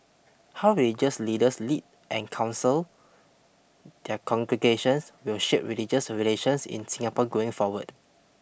how religious leaders lead and counsel their congregations will shape religious relations in Singapore going forward